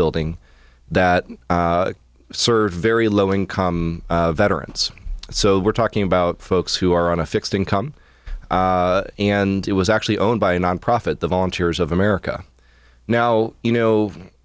building that serve very low income veterans so we're talking about folks who are on a fixed income and it was actually owned by a nonprofit the volunteers of america now you know